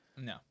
no